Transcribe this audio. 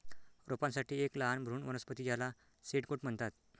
रोपांसाठी एक लहान भ्रूण वनस्पती ज्याला सीड कोट म्हणतात